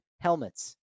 helmets